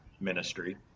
ministry